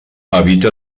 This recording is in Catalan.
habita